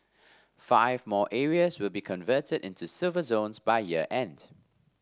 five more areas will be converted into Silver Zones by year end